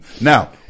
Now